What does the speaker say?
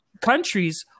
countries